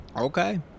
Okay